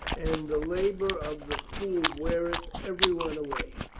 and the labor of the fool weareth every one away.